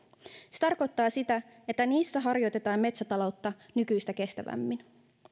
se tarkoittaa sitä että niissä harjoitetaan metsätaloutta nykyistä kestävämmin